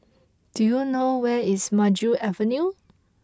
do you know where is Maju Avenue